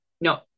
no